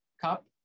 cup